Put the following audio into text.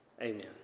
Amen